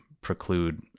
preclude